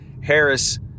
Harris